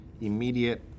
immediate